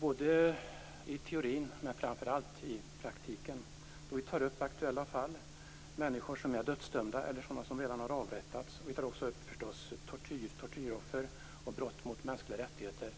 Både i teorin men framför allt i praktiken tar vi upp aktuella fall - människor som är dödsdömda eller som redan har avrättats. Vi tar förstås även upp tortyroffer och brott mot mänskliga rättigheter.